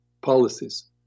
policies